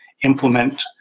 implement